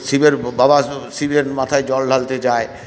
শিবের বাবা শিবের মাথায় জল ঢালতে যায়